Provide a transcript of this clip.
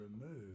remove